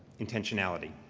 intentionality.